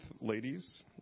ladies